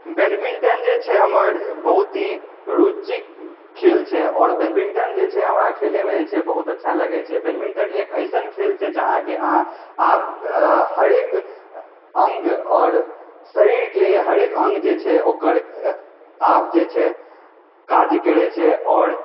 badminton जे छै हमर बहुत ही रूचिक खेल छै आओर बैडमिंटन जे छै हमरा खेलयमे जे छै बहुत अच्छा लगैत छै बैडमिंटन एक एसन खेल छै जहाँ की अहाँ हरेक अङ्ग आओर शरीरके हरेक अङ्ग जे छै ओकर आब जे छै काज करैत छै आओर